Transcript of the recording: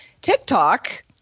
TikTok